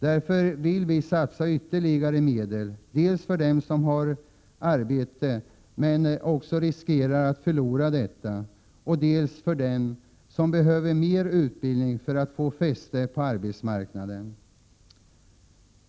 Därför vill vi satsa ytterligare medel dels för dem som har arbete men riskerar att förlora detta, dels för dem som behöver mer utbildning för att få fäste på arbetsmarknaden.